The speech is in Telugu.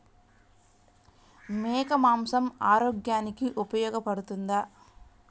మేక మాంసం ఆరోగ్యానికి ఉపయోగపడుతుందా?